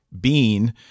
Bean